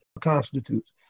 constitutes